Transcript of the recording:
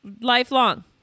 Lifelong